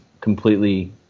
Completely